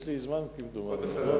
יש לי זמן, כמדומני.